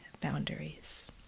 boundaries